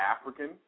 African